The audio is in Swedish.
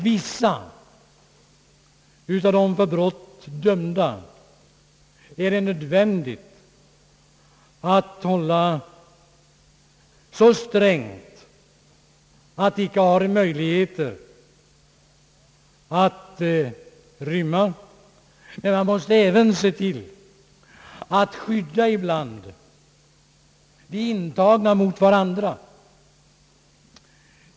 Vissa av de för brott dömda är det emellertid nödvändigt att hålla så strängt bevakade att de icke har en möjlighet att rymma. Men ibland måste man även se till att skydda de intagna mot varandra.